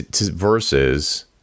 versus